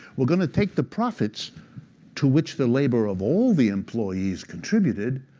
we're going to take the profits to which the labor of all the employees contributed,